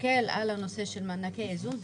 שתסתכל על הנושא של מענקי איזון.